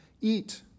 eat